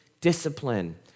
discipline